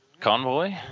Convoy